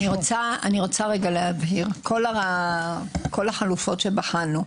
אני רוצה להבהיר כל החלופות שבחנו,